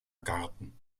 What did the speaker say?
garten